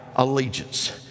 Allegiance